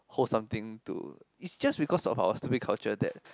hold something to it's just because of our stupid culture that